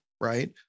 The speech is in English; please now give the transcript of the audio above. right